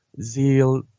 zeal